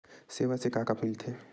सेवा से का का मिलथे?